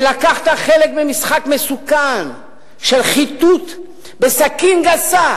ולקחת חלק במשחק מסוכן של חיטוט בסכין גסה